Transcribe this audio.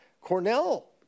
Cornell